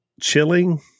chilling